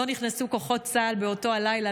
לא נכנסו כוחות צה"ל באותו הלילה,